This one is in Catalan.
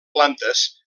plantes